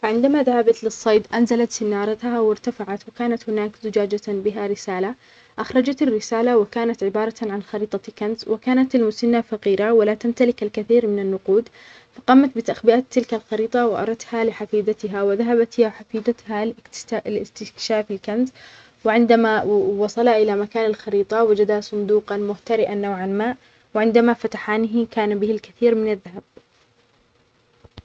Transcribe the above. فعندما ذهبت للصيد أنزلت سنارتها وارتفعت، وكانت هناك زجاجة بها رسالة أخرجت الرسالة وكانت عبارة عن خريطة كنز، وكانت المسنة فقيرة ولاتمتلك الكثير من النقود، فقامت بتخبئة تلك الخريطة وفرجتها لحفيدتها وذهبت هي وحفيدتها لاست-لاستكشاف الكنز، وعندها و-وصلا إلى مكان الخريطة وجدا صندوقًا مخترئًا نوعًا ما وعندما فتحانه كان به الكثير من الذهب.